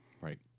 Right